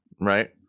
Right